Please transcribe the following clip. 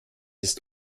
ist